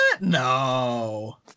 No